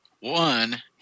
one